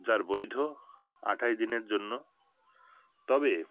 যার বৈধ আটাশ দিনের জন্য তবে